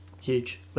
huge